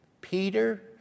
Peter